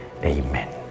Amen